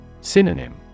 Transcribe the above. Synonym